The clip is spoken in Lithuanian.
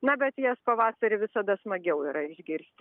na bet jas pavasarį visada smagiau yra išgirsti